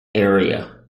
area